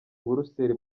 buruseli